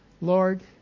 Lord